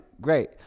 great